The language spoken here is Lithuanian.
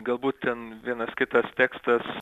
galbūt ten vienas kitas tekstas